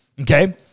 Okay